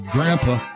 Grandpa